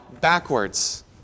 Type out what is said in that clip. backwards